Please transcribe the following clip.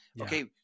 Okay